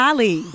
Ali